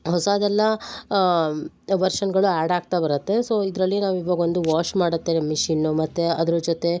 ಹೊಸದೆಲ್ಲ ವರ್ಷನ್ಗಳು ಆ್ಯಡ್ ಆಗ್ತಾ ಬರುತ್ತೆ ಸೊ ಇದರಲ್ಲಿ ನಾವು ಇವಾಗ ಒಂದು ವಾಷ್ ಮಾಡುತ್ತೆ ಮಿಷಿನ್ನು ಮತ್ತು ಅದರ ಜೊತೆ